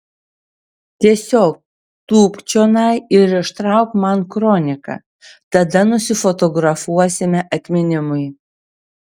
tiesiog tūpk čionai ir ištrauk man kroniką tada nusifotografuosime atminimui